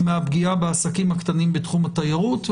מהפגיעה בעסקים הקטנים בתחום התיירות.